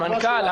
המנכ"ל,